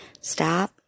stop